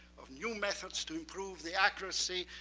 of new methods to improve the accuracy,